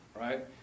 Right